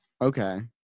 Okay